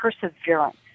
perseverance